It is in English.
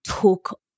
took